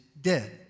dead